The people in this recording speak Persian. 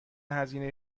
هزینه